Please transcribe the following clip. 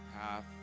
path